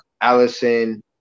Allison